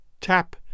Tap